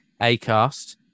ACAST